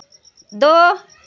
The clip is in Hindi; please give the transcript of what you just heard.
दो